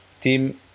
Tim